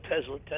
Tesla